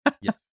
Yes